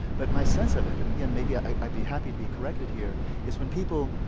but my sense of it and again maybe i'd i'd be happy to be corrected here is when people,